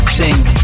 sing